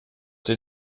der